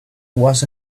was